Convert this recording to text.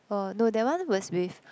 orh no that one was with